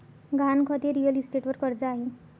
गहाणखत हे रिअल इस्टेटवर कर्ज आहे